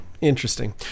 Interesting